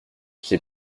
j’ai